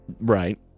Right